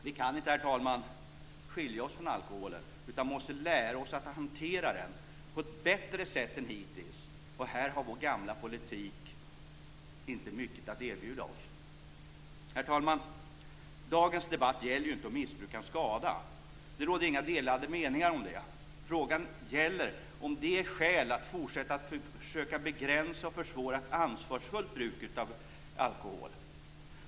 Vi kan inte, herr talman, skilja oss från alkoholen utan måste lära oss att hantera den på ett bättre sätt än hittills, och här har vår gamla politik inte mycket att erbjuda oss. Herr talman! Dagens debatt gäller inte om missbruk kan skada. Det råder inga delade meningar om det. Frågan gäller om det är skäl för att fortsätta att försöka begränsa och försvåra ett ansvarsfullt bruk av alkohol.